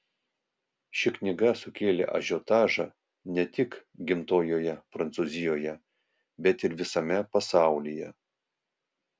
ši knyga sukėlė ažiotažą ne tik gimtojoje prancūzijoje bet ir visame pasaulyje